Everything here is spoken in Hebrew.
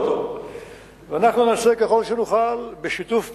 ואנחנו נעשה ככל שנוכל בשיתוף פעולה.